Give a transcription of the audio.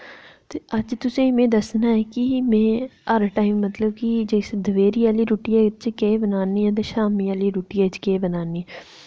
ते अज्ज तुसें ई में दस्सना ऐ कि में हर टाइम मतलब कि जिस दपैह्री आह्ली रुट्टियै च केह् बनानी ऐं ते शामीं आह्ली रुट्टियै च केह् बनानी